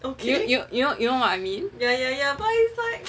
you you know you know what I mean yeah yeah yeah